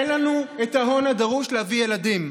אין לנו את ההון הדרוש להביא ילדים.